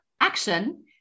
Action